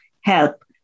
help